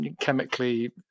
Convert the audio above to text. chemically